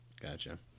Gotcha